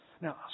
Now